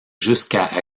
jusqu’à